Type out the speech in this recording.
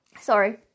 sorry